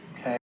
okay